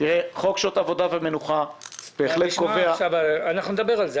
חוק שעות עבודה ומנוחה בהחלט קובע --- נדבר על זה.